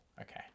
Okay